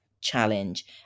challenge